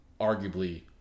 arguably